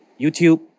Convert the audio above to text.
YouTube